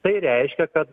tai reiškia kad